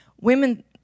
Women